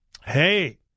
hey